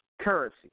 currency